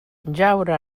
jaure